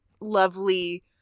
lovely –